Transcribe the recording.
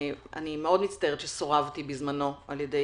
אני מצטערת מאוד שסורבתי בזמנו על ידי